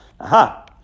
Aha